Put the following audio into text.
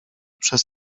przez